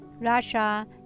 Russia